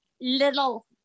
little